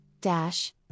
dash